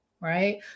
right